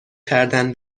کردن